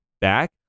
back